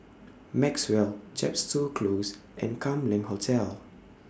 Maxwell Chepstow Close and Kam Leng Hotel